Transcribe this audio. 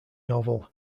novel